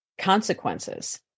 consequences